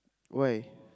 why